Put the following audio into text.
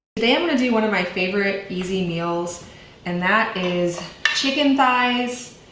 today i'm gonna do one of my favorite easy meals and that is chicken thighs,